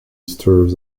serves